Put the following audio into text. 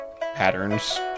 patterns